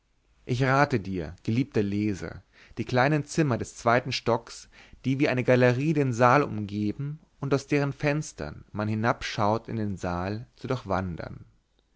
ich rate dir geliebter leser die kleinen zimmer des zweiten stocks die wie eine galerie den saal umgeben und aus deren fenstern man hinabschaut in den saal zu